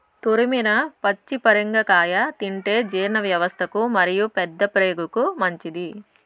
తురిమిన పచ్చి పరింగర కాయ తింటే జీర్ణవ్యవస్థకు మరియు పెద్దప్రేగుకు మంచిది